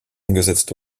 umgesetzt